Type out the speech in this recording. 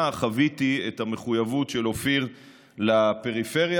חוויתי את המחויבות של אופיר לפריפריה,